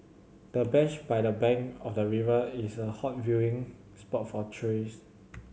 the bench by the bank of the river is a hot viewing spot for tourists